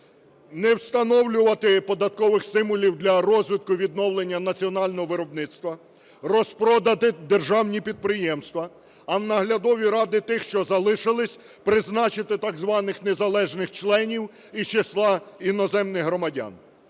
не встановлювати податкових стимулів для розвитку і відновлення національного виробництва; розпродати державні підприємства, а в наглядові ради тих, що залишились, призначити, так званих, незалежних членів із числа іноземних громадян.